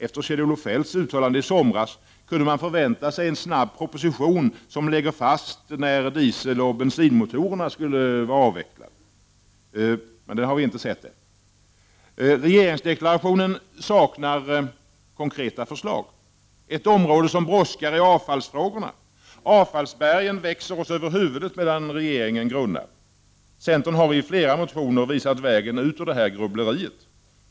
Efter Kjell-Olof Feldts uttalande i somras kunde man förvänta sig en snabb proposition, som lade fast när dieseloch bensinmotorerna skulle avvecklas, men vi har inte sett någon än. Regeringsdeklarationen saknar konkreta förslag. Ett område som brådskar är avfallsfrågorna. Avfallsbergen växer oss över huvudet medan regeringen grunnar. Centern har i flera motioner visat vägen ut ur grubbleriet.